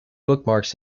bookmarks